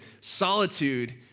Solitude